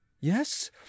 yes